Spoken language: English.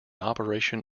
operation